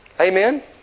Amen